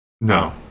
No